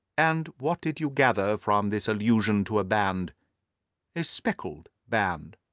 and what did you gather from this allusion to a band a speckled band?